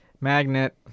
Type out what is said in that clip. magnet